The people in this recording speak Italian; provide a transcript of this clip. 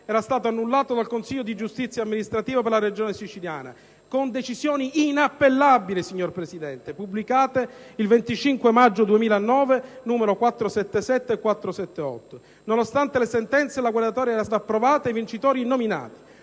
era stato annullato dal Consiglio di giustizia amministrativa per la Regione siciliana, con decisioni inappellabili, signor Presidente, pubblicate il 25 maggio 2009, nn. 477 e 478. Nonostante le sentenze, la graduatoria era stata approvata e i vincitori nominati.